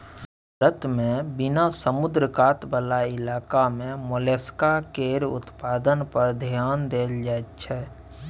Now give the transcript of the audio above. भारत मे बिना समुद्र कात बला इलाका मे मोलस्का केर उत्पादन पर धेआन देल जाइत छै